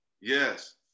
Yes